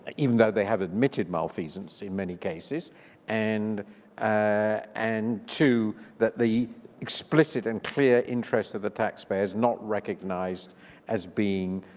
even though they have admitted malfeasance in many cases and and too that the explicit and clear interest of the taxpayers not recognized as being